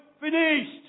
finished